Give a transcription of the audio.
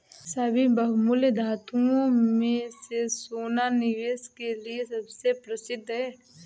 सभी बहुमूल्य धातुओं में से सोना निवेश के लिए सबसे प्रसिद्ध है